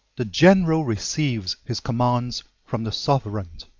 the general receives his commands from the sovereign,